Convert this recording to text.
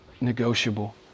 negotiable